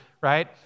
right